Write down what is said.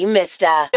Mister